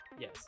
yes